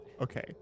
Okay